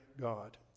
God